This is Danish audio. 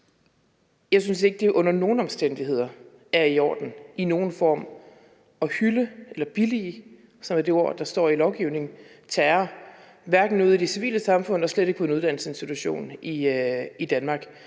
Jeg synes ikke, at det under nogen omstændigheder i nogen form er i orden at hylde eller billige, som er det ord, der står i lovgivningen, terror, ikke ude i det civile samfund og slet ikke på en uddannelsesinstitution i Danmark.